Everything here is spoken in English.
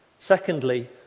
Secondly